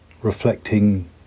reflecting